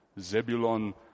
Zebulon